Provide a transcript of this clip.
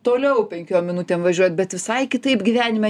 toliau penkiom minutėm važiuot bet visai kitaip gyvenime